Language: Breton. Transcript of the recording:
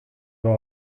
war